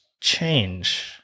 change